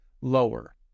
lower